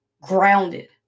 grounded